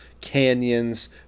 canyons